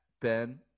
Ben